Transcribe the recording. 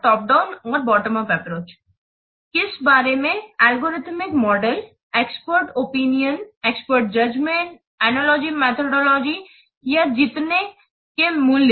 किस बारे में algorithm model expert opinion expert judgment analogy mythology या जीतने के लिए मूल्य